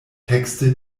texte